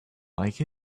like